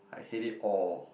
I hate it all